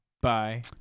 Bye